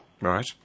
Right